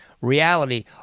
Reality